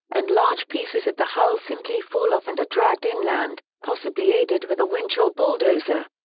and large pieces of the hull simply fall off and are dragged inland, possibly aided with a winch or bulldozer.